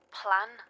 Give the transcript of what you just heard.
plan